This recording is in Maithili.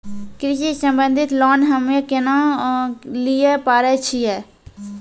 कृषि संबंधित लोन हम्मय केना लिये पारे छियै?